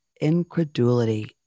incredulity